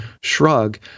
shrug